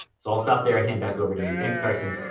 so i'll stop there and hand back over to you. thanks carson.